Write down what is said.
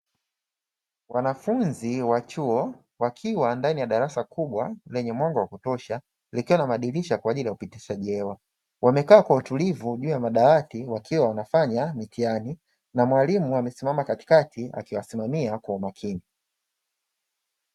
Wanafunzi wa chuo wakiwa ndani ya darasa kubwa lenye mwanga wa kutosha, likiwa na madirisha kwa ajili ya upitishaji hewa. Wamekaa kwa utulivu juu ya madawati wakiwa wanafanya mitihani, na mwalimu amesimama katikati akiwasimamia kwa umakini.